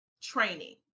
training